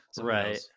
Right